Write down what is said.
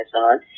on